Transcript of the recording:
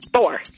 Four